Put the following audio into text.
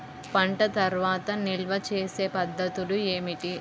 పంట తర్వాత నిల్వ చేసే పద్ధతులు ఏమిటి?